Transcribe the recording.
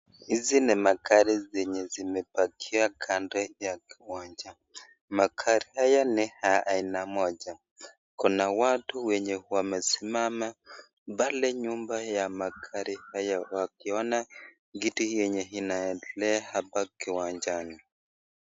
Hizi ni magari zenye zimepakiwa kando ya uwanja. Magari haya ni ya aina moja. Kuna watu wenye wamesimama pale nyuma ya magari hayo wakiona kitu yenye inaendelea hapa kiwanjani.